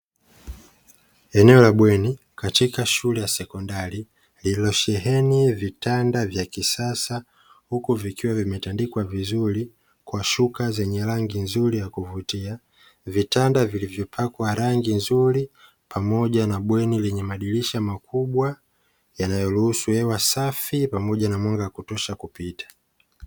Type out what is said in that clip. Eneo la bweni katika shule ya sekondari, lililosheheni vitanda vya kisasa, huku vikiwa vimetandikwa vizuri kwa shuka zenye rangi nzuri ya kuvutia, vitanda vilivyopakwa rangi nzuri pamoja na bweni lenye madirisha makubwa yanayoruhusu hewa safi pamoja na mwanga wa kutosha kupita.